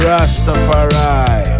Rastafari